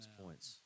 points